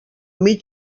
mig